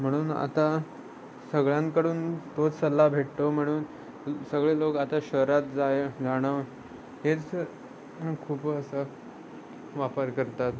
म्हणून आता सगळ्यांकडून तो सल्ला भेटतो म्हणून सगळे लोक आता शहरात जाय जाणं हेच खूप असं वापर करतात